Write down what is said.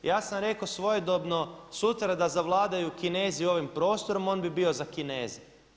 Ja sam rekao svojedobno sutra da zavladaju Kinezi ovim prostorom on bi bio za Kineze.